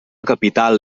capital